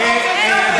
די עם הפופוליזם הזה.